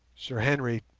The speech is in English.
sir henry.